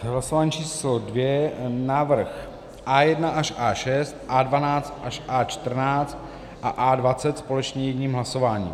Hlasování číslo dvě návrh A1 až A6, A12 až A14 a A20 společně jedním hlasováním.